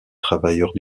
travailleurs